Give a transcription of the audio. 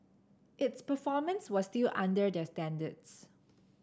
its performance was still under their standards